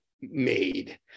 made